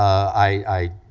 i,